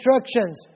instructions